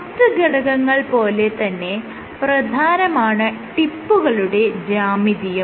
മറ്റ് ഘടകങ്ങൾ പോലെ തന്നെ പ്രധാനമാണ് ടിപ്പുകളുടെ ജ്യാമിതിയും